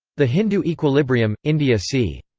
the hindu equilibrium india c.